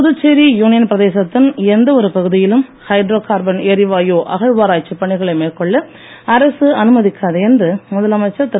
Puducherry union பிரதேசத்தின் எந்தவொரு பகுதியிலும் ஹைட்ரோ கார்பன் எரிவாயு அகழ்வாராய்ச்சி பணிகளை மேற்கொள்ள அரசு அனுமதிக்காது என்று முதலமைச்சர் திரு